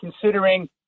considering